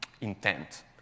intent